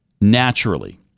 naturally